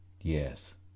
Yes